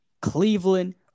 Cleveland